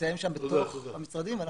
שנמצאים בתוך המשרדים.